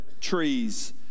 trees